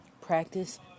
Practice